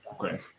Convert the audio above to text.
Okay